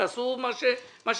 תעשו מה שצריך.